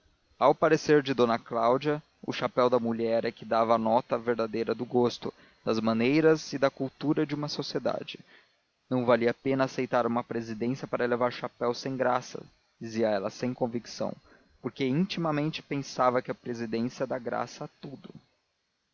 ao parecer de d cláudia o chapéu da mulher é que dava a nota verdadeira do gosto das maneiras e da cultura de uma sociedade não valia a pena aceitar uma presidência para levar chapéus sem graça dizia ela sem convicção porque intimamente pensava que a presidência dá graça a tudo